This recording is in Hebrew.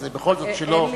אז בכל זאת שלא,